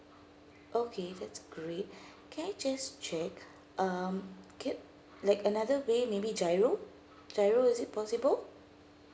okay that's great can I just check um like another way maybe giro giro is it possible